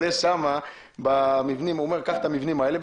הוא אומר קח את המבנים האלה,